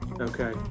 Okay